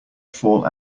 fall